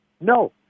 No